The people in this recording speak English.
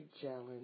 challenge